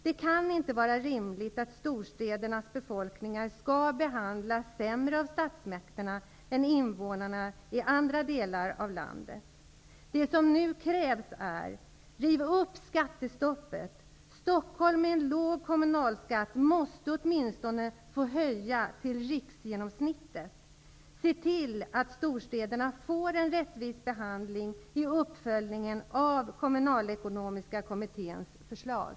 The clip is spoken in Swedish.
Det kan inte vara rimligt att storstädernas befolkningar skall behandlas sämre av statsmakterna än invånarna i andra delar av landet. Nu krävs det att skattestoppet rivs upp. Stockholm, med en låg kommunalskatt, måste åtminstone få höja till riksgenomsnittet. Vi måste se till att storstäderna får en rättvis behandling i uppföljningen av Kommunalekonomiska kommitténs förslag.